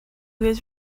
was